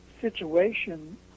situation